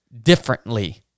differently